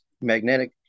magnetic